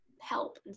help